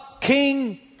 King